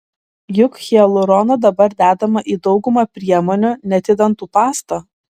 juk hialurono dabar dedama į daugumą priemonių net į dantų pastą